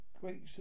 great